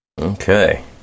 Okay